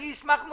אני אשמח מאוד.